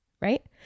Right